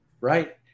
Right